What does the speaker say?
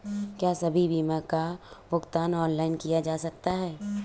क्या सभी बीमा का भुगतान ऑनलाइन किया जा सकता है?